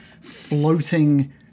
floating